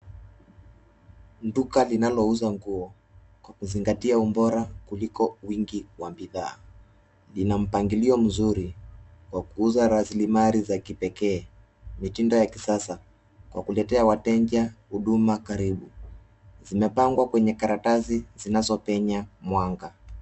Duka linalouza nguo kwa kuzingatia ubora kuliko wingi wa bidhaa. Lina mpangilio mzuri wa kuuza rasilimali za kipekee, mitindo ya kisasa, kwa kuletea wateja huduma karibu. Zimepangwa kwenye karatasi zinazopenya mwanga.